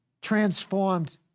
transformed